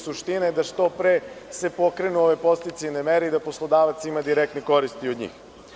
Suština je da što pre se pokrenu ove podsticajne mere i da poslodavac ima direktne koristi od njih.